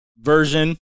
version